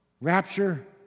rapture